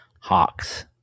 Hawks